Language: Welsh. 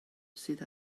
sydd